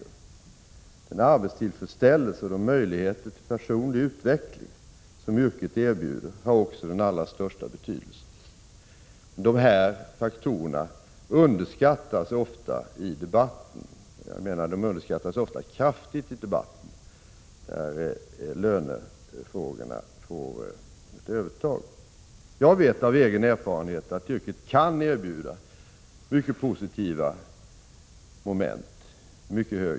Den arbetstillfredsställelse och de möjligheter till personlig utveckling som yrket erbjuder har också den allra största betydelse. Dessa faktorer underskattas ofta kraftigt i debatten, när lönefrågorna får ett övertag. Jag vet av egen erfarenhet att yrket kan erbjuda mycket positiva moment.